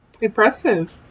Impressive